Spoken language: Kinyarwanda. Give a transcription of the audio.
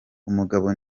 umugabo